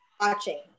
watching